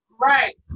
Right